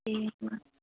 ए